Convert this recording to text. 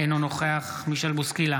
אינו נוכח מישל בוסקילה,